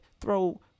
throw